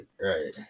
right